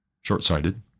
short-sighted